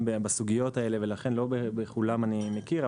בסוגיות האלה ולא את כולם אני מכיר.